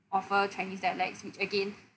offer chinese dialects which again